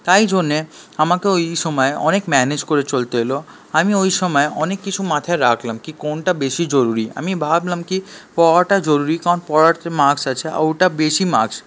তাই জন্যে আমাকে ওই সময় অনেক ম্যানেজ করে চলতে হলো আমি ওই সময় অনেক কিছু মাথায় রাখলাম কি কোনটা বেশি জরুরি আমি ভাবলাম কি পড়াটা জরুরি কারণ পড়াটায় মার্কস আছে ওটা বেশি মার্কস